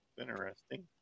interesting